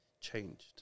changed